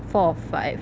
four or five